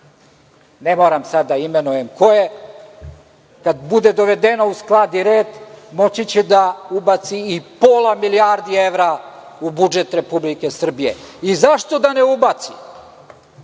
ne moram sada da imenujem koje, kada bude dovedeno u sklad i red, moći će da ubaci i pola milijardi evra u budžet Republike Srbije. Zašto da ne ubaci?